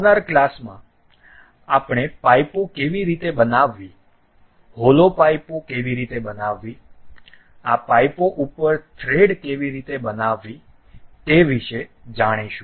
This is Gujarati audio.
આવનાર ક્લાસમાં આપણે પાઈપો કેવી રીતે બનાવવી હોલો પાઈપો કેવી રીતે બનાવવી આ પાઈપો ઉપર થ્રેડ કેવી રીતે બનાવવી તે વિશે જાણીશું